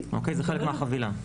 זה חלק מהחבילה.